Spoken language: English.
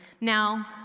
Now